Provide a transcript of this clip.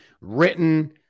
written